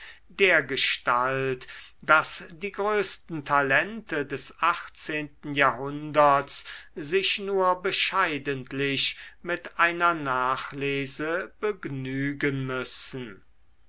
dergestalt daß die größten talente des achtzehnten jahrhunderts sich nur bescheidentlich mit einer nachlese begnügen müssen